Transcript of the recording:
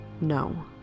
No